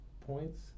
points